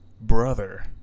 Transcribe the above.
brother